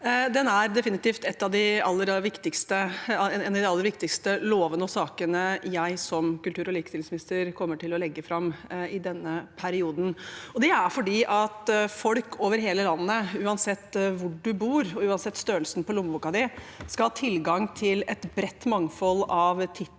Den er definitivt en av de aller viktigste lovene og sakene jeg som kulturog likestillingsminister kommer til å legge fram i denne perioden. Det er fordi folk over hele landet, uansett hvor de bor, og uansett størrelsen på lommeboka, skal ha tilgang til et bredt mangfold av titler